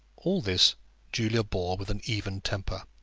all this julia bore with an even temper.